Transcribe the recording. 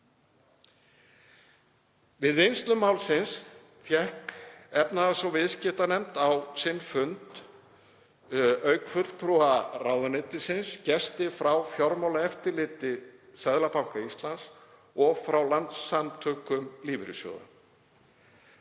Við vinnslu málsins fékk efnahags- og viðskiptanefnd á sinn fund, auk fulltrúa ráðuneytisins, gesti frá fjármálaeftirliti Seðlabanka Íslands og frá Landssamtökum lífeyrissjóða.